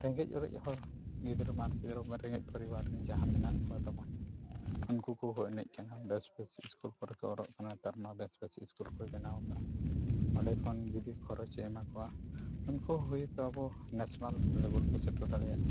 ᱨᱮᱸᱜᱮᱡ ᱚᱨᱮᱡ ᱦᱚᱲᱜᱮ ᱨᱮᱸᱜᱮᱡ ᱯᱚᱨᱤᱵᱟᱨ ᱡᱟᱦᱟᱸ ᱢᱮᱱᱟᱜ ᱠᱚ ᱛᱟᱵᱚᱱ ᱩᱱᱠᱩ ᱠᱚᱠᱚ ᱮᱱᱮᱡ ᱠᱟᱱᱟ ᱵᱮᱥ ᱵᱮᱥ ᱥᱠᱩᱞ ᱠᱚᱨᱮ ᱠᱚ ᱚᱞᱚᱜ ᱠᱟᱱᱟ ᱱᱮᱛᱟᱨᱼᱢᱟ ᱵᱮᱥ ᱵᱮᱥ ᱥᱠᱩᱞ ᱠᱚᱭ ᱵᱮᱱᱟᱣ ᱠᱟᱜᱼᱟ ᱚᱸᱰᱮᱠᱷᱚᱱ ᱡᱩᱫᱤ ᱠᱷᱚᱨᱚᱪᱮ ᱮᱢᱟ ᱠᱚᱣᱟ ᱩᱱᱠᱩ ᱦᱳᱭ ᱛᱚ ᱟᱵᱚ ᱱᱮᱥᱱᱮᱞ ᱞᱮᱱᱵᱮᱞ ᱠᱚ ᱥᱮᱴᱮᱨ ᱫᱟᱲᱮᱭᱟᱜᱼᱟ